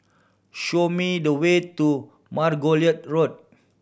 show me the way to Margoliouth Road